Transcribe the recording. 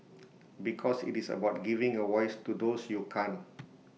because IT is about giving A voice to those you can't